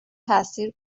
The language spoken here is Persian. تاثیر